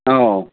ꯑꯧ